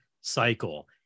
cycle